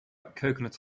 coconut